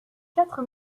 quatre